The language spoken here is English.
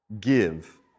give